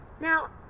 Now